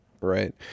Right